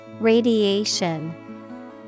Radiation